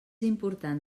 important